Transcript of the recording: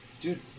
Dude